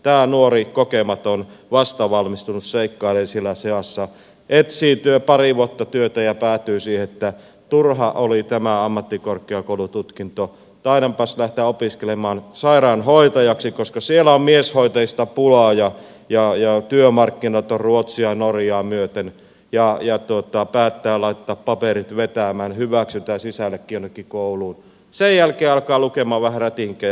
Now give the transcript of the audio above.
tämä nuori kokematon vastavalmistunut seikkailee siellä seassa etsii pari vuotta työtä ja päätyy siihen että turha oli tämä ammattikorkeakoulututkinto taidanpas lähteä opiskelemaan sairaanhoitajaksi koska siellä on mieshoitajista pulaa ja työmarkkinat on ruotsia norjaa myöten ja päättää laittaa paperit vetämään hyväksytään sisällekin jonnekin kouluun sen jälkeen alkaa lukemaan vähän rätinkejä